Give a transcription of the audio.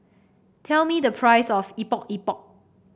tell me the price of Epok Epok